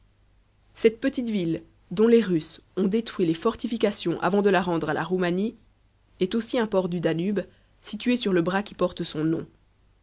cette petite ville dont les russes ont détruit les fortifications avant de la rendre à la roumanie est aussi un port du danube situé sur le bras qui porte son nom